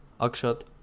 Akshat